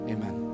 Amen